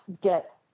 get